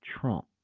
Trump